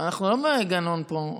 אנחנו לא בגנון פה,